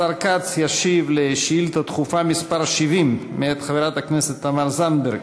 השר כץ ישיב על שאילתה דחופה מס' 70 מאת חברת הכנסת תמר זנדברג.